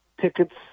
tickets